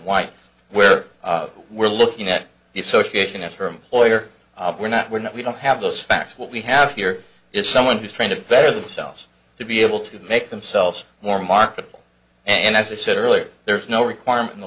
white where we're looking at the association at her employer we're not we're not we don't have those facts what we have here is someone who's trying to better themselves to be able to make themselves more marketable and as i said earlier there is no requirement